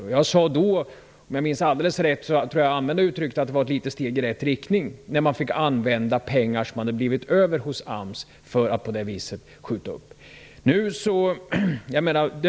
Om jag inte minns alldeles fel sade jag då att det var ett steg i rätt riktning att man fick använda pengar som hade blivit över hos AMS för att senarelägga uppsägningar.